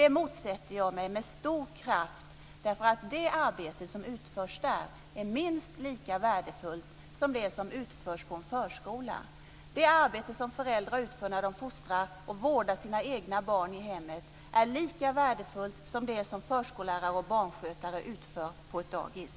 Det motsätter jag mig med stor kraft därför att det arbete som utförs i hemmet är minst lika värdefullt som det som utförs på en förskola. Det arbete som föräldrar utför när de fostrar och vårdar sina egna barn i hemmet är lika värdefullt som det som förskollärare och barnskötare utför på ett dagis.